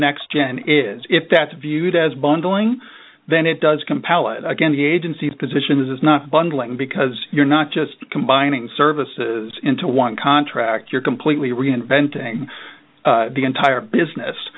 next gen is if that's viewed as bungling then it does compel and again the agency's position is it's not bundling because you're not just combining services into one contract you're completely reinventing the entire business